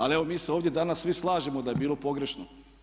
Ali evo mi se ovdje danas svi slažemo da je bilo pogrešno.